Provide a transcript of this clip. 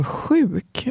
sjuk